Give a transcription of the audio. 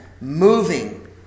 moving